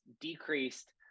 decreased